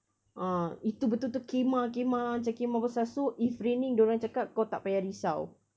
ah itu betul-betul khemah khemah macam khemah besar so if raining dia orang cakap kau tak payah risau